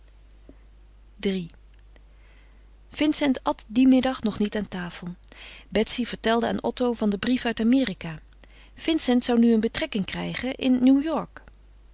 iii vincent at dien middag nog niet aan tafel betsy vertelde aan otto van den brief uit amerika vincent zou nu een betrekking krijgen in